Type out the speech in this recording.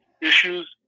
issues